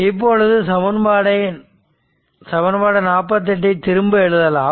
இப்பொழுது சமன்பாடு 48 ஐ திரும்ப எழுதலாம்